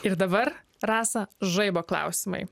ir dabar rasa žaibo klausimai